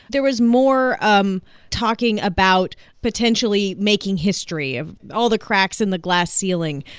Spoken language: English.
there was more um talking about potentially making history, of all the cracks in the glass ceiling.